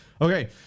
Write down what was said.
okay